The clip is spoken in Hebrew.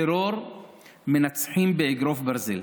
טרור מנצחים באגרוף ברזל.